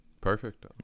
Perfect